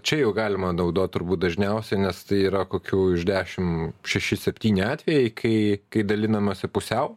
čia jau galima naudot turbūt dažniausiai nes tai yra kokių iš dešimt šeši septyni atvejai kai kai dalinamasi pusiau